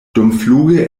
dumfluge